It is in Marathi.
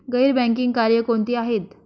गैर बँकिंग कार्य कोणती आहेत?